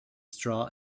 straw